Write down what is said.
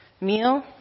meal